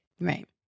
Right